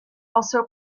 also